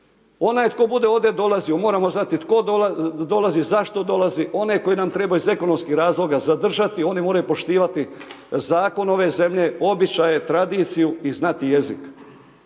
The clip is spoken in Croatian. Onaj tko bude ovdje dolazio, moramo znati, tko dolazi, zašto dolazi, onaj tko nam treba iz ekonomskog razloga zadržati, oni moraju poštivati zakon ove zemlje, običaje, tradiciju i znati jezik.